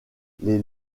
les